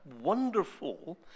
wonderful